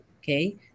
okay